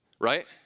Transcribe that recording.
right